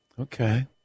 Okay